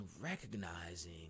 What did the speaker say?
recognizing